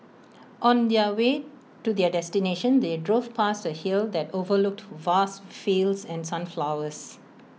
on the way to their destination they drove past A hill that overlooked vast fields and sunflowers